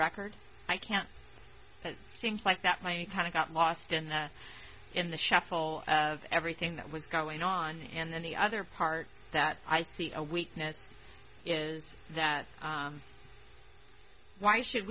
record i can't it seems like that money kind of got lost in the in the shuffle of everything that was going on and then the other part that i see a weakness is that why should